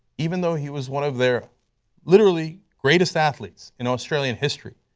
even though he was one of their literally greatest athletes in australian history,